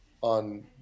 on